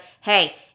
hey